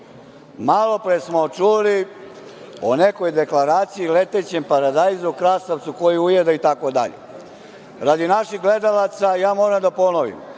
smo čuli o nekoj deklaraciji, letećem paradajzu, krastavcu koji ujeda itd. Radi naših gledalaca ja moram da ponovim